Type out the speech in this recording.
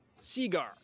Seagar